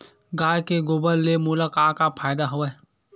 गाय के गोबर ले मोला का का फ़ायदा हवय?